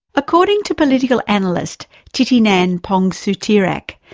according to political analyst thitinan pongsudhirak,